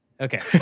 Okay